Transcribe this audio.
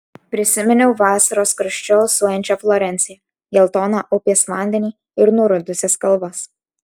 prisiminiau vasaros karščiu alsuojančią florenciją geltoną upės vandenį ir nurudusias kalvas